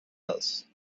else